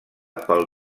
pel